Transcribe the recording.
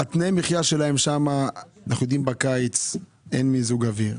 תנאי המחיה שלהם שם הם כאלה כאשר בקיץ אין מיזוג אוויר,